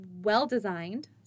well-designed